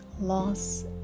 loss